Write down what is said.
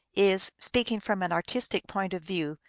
is, speaking from an artistic point of view,